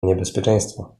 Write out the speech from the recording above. niebezpieczeństwo